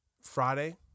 Friday